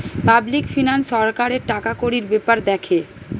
public finance সরকারের টাকাকড়ির বেপার দ্যাখে